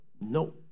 No